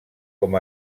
com